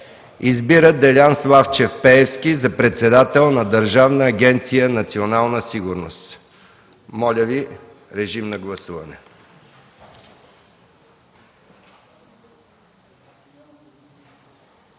Избира Делян Славчев Пеевски за председател на Държавна агенция „Национална сигурност”.” Моля, гласувайте.